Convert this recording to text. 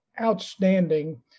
outstanding